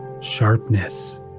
sharpness